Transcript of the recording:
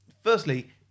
Firstly